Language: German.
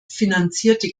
finanzierte